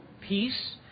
peace